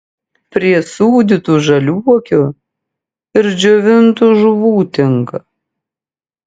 prie sūdytų žaliuokių ir džiovintų žuvų tinka